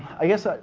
i guess. ah